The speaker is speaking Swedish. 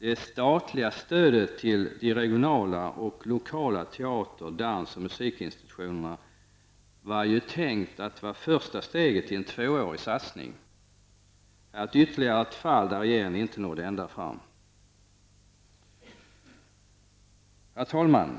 Det statliga stödet till de regionala och lokala teater-, dans och musikinstitutionerna var tänkt att utgöra första steget i en tvåårig satsning. Här har vi ytterligare ett fall där regeringen inte nått ända fram. Herr talman!